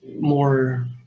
more